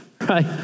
right